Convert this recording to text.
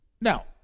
Now